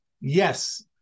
yes